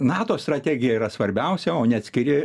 nato strategija yra svarbiausia o ne atskiri